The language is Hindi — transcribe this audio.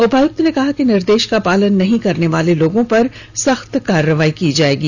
उपायुक्त ने कहा है कि निर्देश का पालन नहीं करने वाले लोगों पर सख्त कार्रवाई की जाएगी